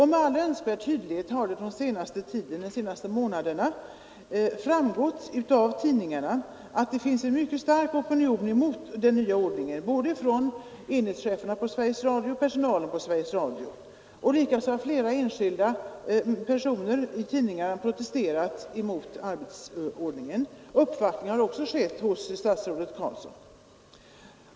Med all önskvärd tydlighet har det under de senaste månaderna framgått av tidningarna att det finns en stark opinion mot den nya ordningen både från enhetscheferna och från personalen vid Sveriges Radio. Likaså har flera enskilda personer i tidningsartiklar protesterat mot arbetsordningen. Uppvaktning har också skett hos statsrådet Ingvar Carlsson.